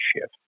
shift